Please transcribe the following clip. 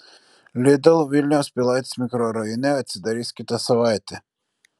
lidl vilniaus pilaitės mikrorajone atsidarys kitą savaitę